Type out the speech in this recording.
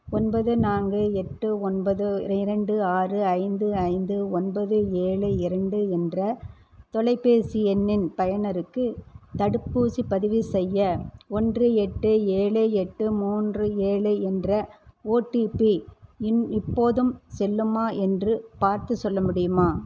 ஒன்பது நான்கு எட்டு ஒன்பது இரண்டு ஆறு ஐந்து ஐந்து ஒன்பது ஏழு இரண்டு என்ற தொலைபேசி எண்ணின் பயனருக்கு தடுப்பூசி பதிவுசெய்ய ஒன்று எட்டு ஏழு எட்டு மூன்று ஏழு என்ற ஓடிபி இன் இப்போதும் செல்லுமா என்று பார்த்துச் சொல்ல முடியுமா